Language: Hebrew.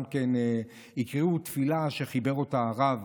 הקריאו תפילה שחיבר הרב